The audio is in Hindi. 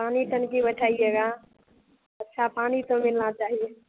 पानी टंकी बैठाइएगा अच्छा पानी तो मिलना चाहिए